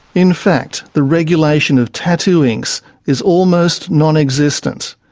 in fact, the regulation of tattoo inks is almost nonexistent.